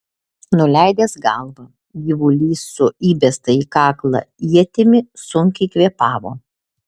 nuleidęs galvą gyvulys su įbesta į kaklą ietimi sunkiai kvėpavo